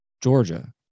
Georgia